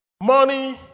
Money